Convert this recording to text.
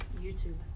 YouTube